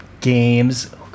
Games